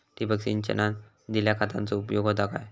ठिबक सिंचनान दिल्या खतांचो उपयोग होता काय?